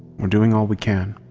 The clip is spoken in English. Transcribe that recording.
we're doing all we can.